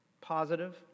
positive